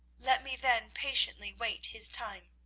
let me then patiently wait his time.